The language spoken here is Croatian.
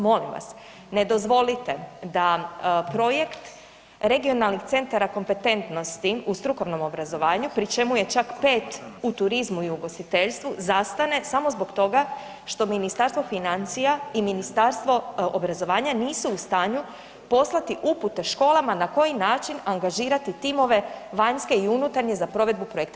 Molim vas ne dozvolite da projekt regionalnih centara kompetentnosti u strukovnom obrazovanju pri čemu je čak 5 u turizmu i ugostiteljstvu zastane samo zbog toga što Ministarstvo financija i Ministarstvo obrazovanja nisu u stanju poslati upute školama na koji način angažirati timove vanjske i unutarnje za provedbu projekta.